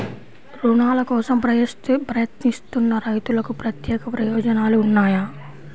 రుణాల కోసం ప్రయత్నిస్తున్న రైతులకు ప్రత్యేక ప్రయోజనాలు ఉన్నాయా?